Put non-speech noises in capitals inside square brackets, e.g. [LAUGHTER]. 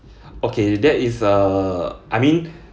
[BREATH] okay that is uh I mean